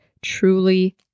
truly